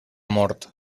mort